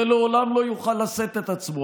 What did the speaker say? זה לעולם לא יוכל לשאת את עצמו.